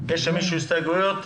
יש למישהו הסתייגויות?